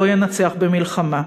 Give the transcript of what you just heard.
לא ינצח במלחמה.